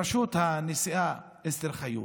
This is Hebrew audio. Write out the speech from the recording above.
בראשות הנשיאה אסתר חיות,